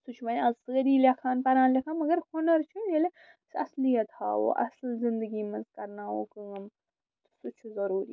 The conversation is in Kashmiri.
سُہ چھُ وۄنۍ آز سٲری لیکھان پران لیکھان مگر ہُنر چھُ ییٚلہِ أسۍ اصلِیت ہاوو اَصٕل زندگی منٛز کرناوو کٲم سُہ چھُ ضروٗری